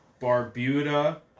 Barbuda